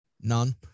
None